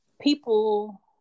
People